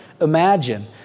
imagine